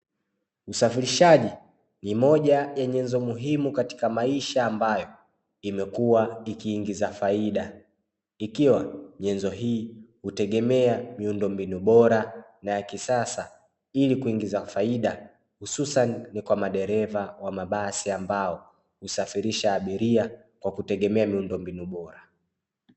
Usafirishaji ni moja ya nyenzo muhimu katika maisha ambayo, imekuwa ikiingiza faida ikiwa nyenzo hii hutegemea miundombinu bora na ya kisasa, ili kuingiza faida hususan ni kwa madereva wa mabasi ambao husafirisha abiria kwa kutegemea miundombinu bora.